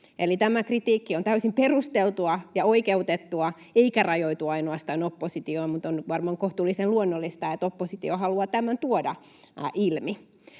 Eli tämä kritiikki on täysin perusteltua ja oikeutettua eikä rajoitu ainoastaan oppositioon, mutta on varmaan kohtuullisen luonnollista, että oppositio haluaa tämän tuoda ilmi.